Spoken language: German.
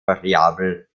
variabel